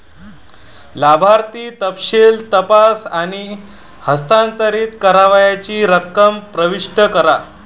लाभार्थी तपशील तपासा आणि हस्तांतरित करावयाची रक्कम प्रविष्ट करा